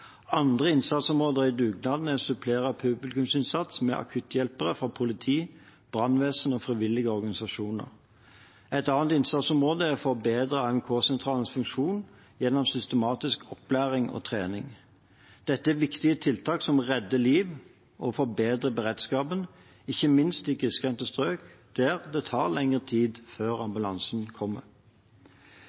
Andre innsatsområder i dugnaden er å supplere publikumsinnsats med akutthjelpere fra politi, brannvesen og frivillige organisasjoner. Et annet innsatsområde er å forbedre AMK-sentralenes funksjon gjennom systematisk opplæring og trening. Dette er viktige tiltak som redder liv og forbedrer beredskapen, ikke minst i grisgrendte strøk, der det tar lengre tid før ambulansen kommer.